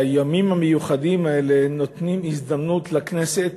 הימים המיוחדים האלה נותנים הזדמנות לכנסת